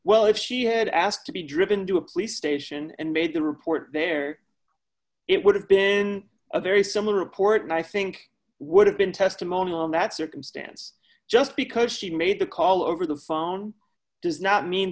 well if she had asked to be driven to a police station and made the report there it would have been a very similar report and i think would have been testimonial in that circumstance just because she made the call over the phone does not mean